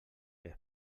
què